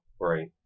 Right